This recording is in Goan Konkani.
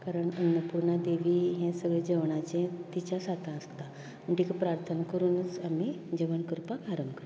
कारण अन्नपूर्णा देवी हें सगलें जेवणाचें तिच्याच हातांत आसता आनी तिका प्रार्थना करूनूच आमी जेवण करपाक आरंभ करतात